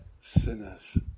sinners